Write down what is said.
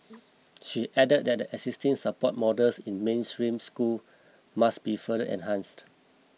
she added that the existing support models in mainstream school must be further enhanced